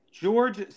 george